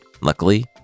Luckily